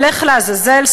ילך לעזאזל",